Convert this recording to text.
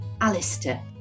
Alistair